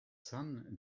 son